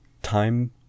time